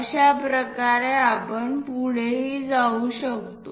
अशाप्रकारे आपण पुढेही जाऊ शकतो